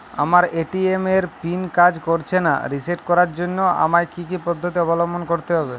আমার এ.টি.এম এর পিন কাজ করছে না রিসেট করার জন্য আমায় কী কী পদ্ধতি অবলম্বন করতে হবে?